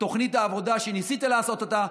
תוכנית העבודה שניסית לעשות אותה,